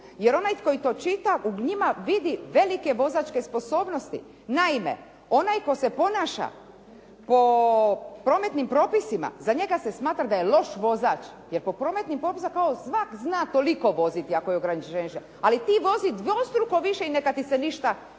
jer onaj koji to čita u njima vidi velike vozačke sposobnosti. Naime, onaj tko se ponaša po prometnim propisima, za njega se smatra da je loš vozač jer po prometnim propisima kao svak zna toliko voziti ako je ograničenje 60, ali ti vozi dvostruko više i neka ti se ništa